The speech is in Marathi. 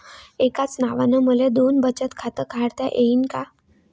एकाच नावानं मले दोन बचत खातं काढता येईन का?